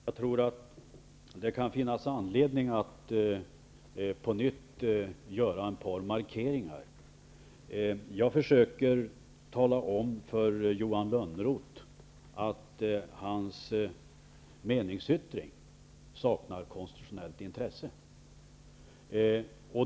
Herr talman! Jag tror att det kan finnas anledning att på nytt göra ett par markeringar. Jag försöker tala om för Johan Lönnroth att hans meningsyttring saknar konstitutionellt intresse.